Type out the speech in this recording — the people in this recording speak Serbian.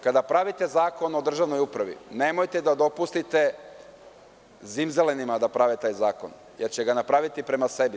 Kada pravite Zakon o državnoj upravi, nemojte da dopustite zimzelenima da prave taj zakon, jer će ga napraviti prema sebi.